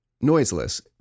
noiseless